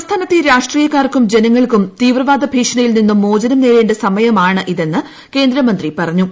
സംസ്ഥാനത്തെ രാഷ്ട്രീയക്കാർക്കും ജനങ്ങൾക്കും തീവ്രവാദ ഭീഷണിയിൽ നിന്നും മോചനം നേടേണ്ട സമയമാണ് ഇതെന്ന് കേന്ദ്ര മന്ത്രി പറഞ്ഞു